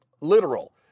literal